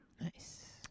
Nice